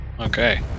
okay